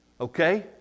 Okay